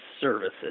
Services